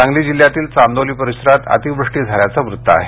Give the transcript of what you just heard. सांगली जिल्ह्यातील चांदोली परिसरात अतिवृष्टी झाल्याचं वृत्त आहे